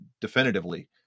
definitively